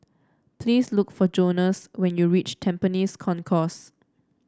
please look for Jonas when you reach Tampines Concourse